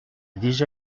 déjà